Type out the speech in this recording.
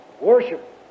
Worship